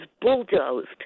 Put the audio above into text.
bulldozed